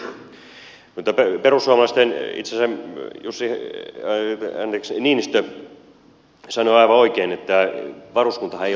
mutta itse asiassa perussuomalaisten jussi niinistö sanoi aivan oikein että varuskuntahan ei ole linnake